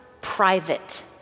private